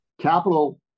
capital